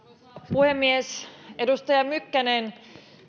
puhemies edustaja mykkänen